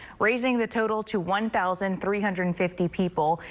raising the total to one thousand three hundred and fifty people.